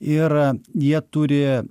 ir jie turi